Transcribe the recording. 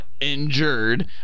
injured